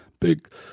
big